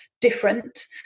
different